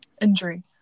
injury